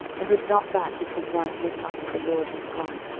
and did not that which was right in the sight of the lord his god,